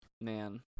man